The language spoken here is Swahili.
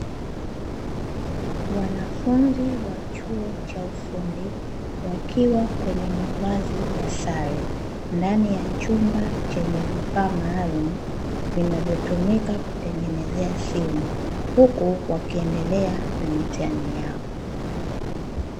Wanafunzi wa chuo cha ufundi wakiwa kwenye mavazi ya sare, ndani ya chumba chenye vifaa maalumu vinavyotumika kutengenezea simu, huku wakiendelea na mitihani yao.